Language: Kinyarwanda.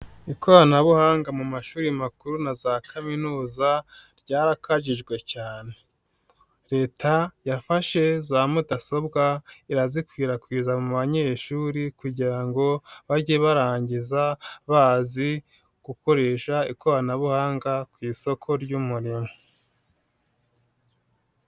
Ikoranabuhanga mu mashuri makuru na za kaminuza ryarakajijwe cyane, Leta yafashe za mudasobwa irazikwirakwiza mu banyeshuri kugira ngo bajye barangiza bazi gukoresha ikoranabuhanga ku isoko ry'umurimo.